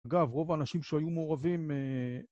אגב, רוב האנשים שהיו מעורבים...